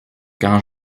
quand